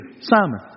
Simon